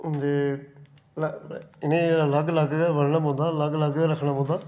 ते इ'नेंगी अलग अलग गै बन्नना पौंदा अलग अलग गै रक्खना पौंदा